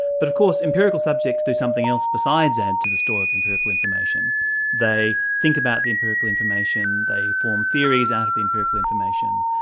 but of course empirical subjects do something else besides add to the store of empirical information they think about the empirical information, they form theories out of the empirical information,